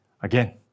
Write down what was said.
Again